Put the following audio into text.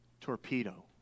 torpedo